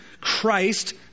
Christ